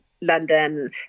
London